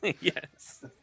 Yes